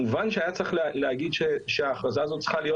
מובן שהיה צריך להגיד שההכרזה הזאת צריכה להיות